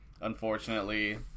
Unfortunately